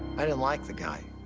i didn't like the guy.